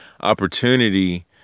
opportunity